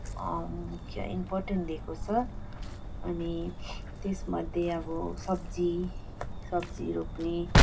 मुख्य इम्पोर्टेन्स दिएको छ अनि त्यसमध्ये अब सब्जी सब्जी रोप्ने